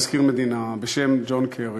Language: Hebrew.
מזכיר מדינה בשם ג'ון קרי,